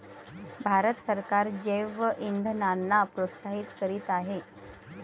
भारत सरकार जैवइंधनांना प्रोत्साहित करीत आहे